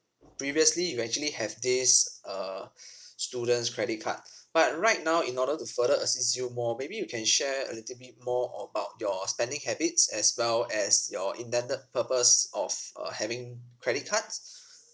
previously you actually have this uh student's credit card but right now in order to further assist you more maybe you can share a little bit more about your spending habits as well as your intended purpose of uh having credit cards